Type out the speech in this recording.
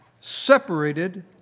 separated